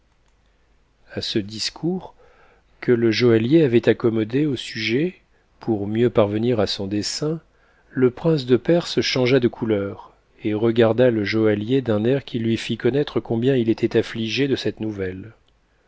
a ce discours que le joaillier avait accommodé au sujet pour mieux parvenir à son dessein le prince de perse changea de couleur et regarda le joaiuier d'un air qui lui fit connaître combien il était amigé de cette nouvelle